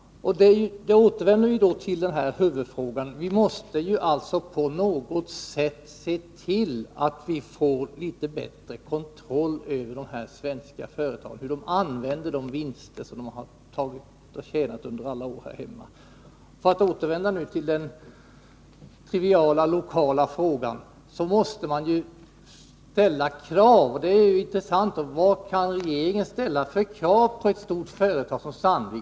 Därmed återvänder jag till huvudfrågan: Vi måste se till att vi får bättre kontroll över de svenska företagen och över hur de använder de vinster som de under alla år tjänat här hemma. Låt mig så återvända till den triviala lokala frågan om att man måste ställa krav på företagen. Det är en intressant fråga. Vad kan regeringen ställa för krav på ett stort företag som Sandvik AB?